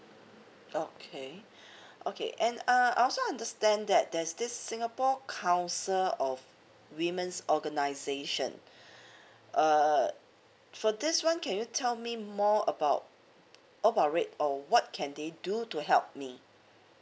okay okay and uh I also understand that there's this singapore council of women's organisation uh for this one can you tell me more about about rate or what can they do to help me